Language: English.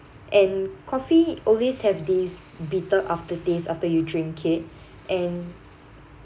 and coffee always have this bitter aftertaste after you drink it and